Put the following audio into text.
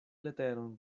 leteron